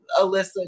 Alyssa